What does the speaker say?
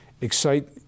excite